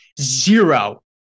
Zero